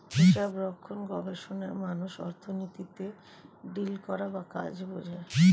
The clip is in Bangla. হিসাবরক্ষণ গবেষণায় মানুষ অর্থনীতিতে ডিল করা বা কাজ বোঝে